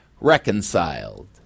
reconciled